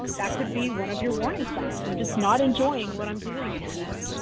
that could be one of your warning signs, i'm just not enjoying what i'm doing anymore.